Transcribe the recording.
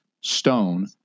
stone